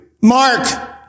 Mark